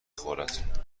خورد